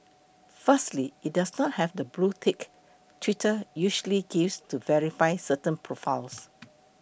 firstly it does not have the blue tick Twitter usually gives to verify certain profiles